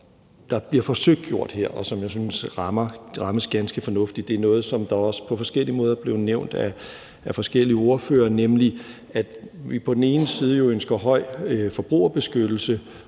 som bliver forsøgt gjort her, og som jeg synes lykkes ganske fornuftigt, er noget, som også på forskellige måder er blevet nævnt af forskellige ordførere, nemlig at vi både ønsker høj forbrugerbeskyttelse